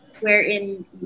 wherein